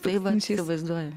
tai va įsivaizduoji